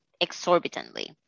exorbitantly